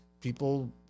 people